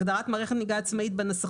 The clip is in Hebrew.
בהגדרת מערכת נהיגה עצמאית,